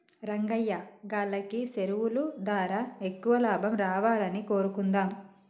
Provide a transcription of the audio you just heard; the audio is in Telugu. రంగయ్యా గాల్లకి సెరువులు దారా ఎక్కువ లాభం రావాలని కోరుకుందాం